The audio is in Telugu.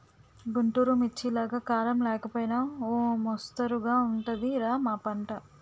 గుంటూరు మిర్చిలాగా కారం లేకపోయినా ఓ మొస్తరుగా ఉంటది రా మా పంట